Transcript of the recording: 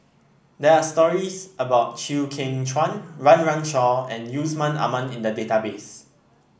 there are stories about Chew Kheng Chuan Run Run Shaw and Yusman Aman in the database